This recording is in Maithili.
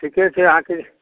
ठीके छै अहाँके